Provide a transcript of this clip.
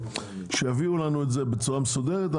כשיביאו לנו את זה בצורה מסודרת,